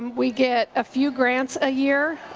we get a few grants a year.